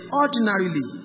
ordinarily